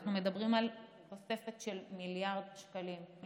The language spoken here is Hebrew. אנחנו מדברים על תוספת של 1.2 מיליארד שקלים,